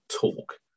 talk